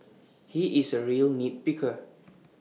he is A real nit picker